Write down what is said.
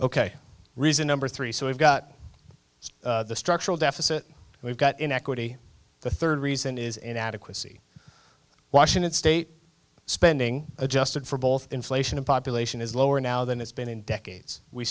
ok reason number three so we've got the structural deficit we've got inequity the third reason is inadequacy washington state spending adjusted for both inflation and population is lower now than it's been in decades we